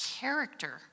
character